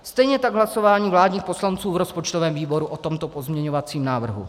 Stejně tak hlasování vládních poslanců v rozpočtovém výboru o tomto pozměňovacím návrhu.